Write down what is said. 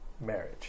marriage